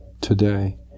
today